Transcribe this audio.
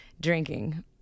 drinking